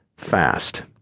fast